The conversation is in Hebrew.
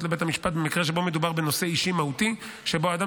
לבית המשפט במקרה שבו מדובר בנושא אישי מהותי שבו האדם